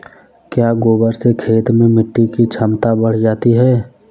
क्या गोबर से खेत में मिटी की क्षमता बढ़ जाती है?